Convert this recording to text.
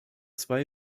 zwei